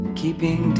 keeping